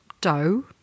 dough